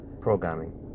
programming